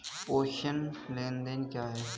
प्रेषण लेनदेन क्या है?